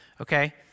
Okay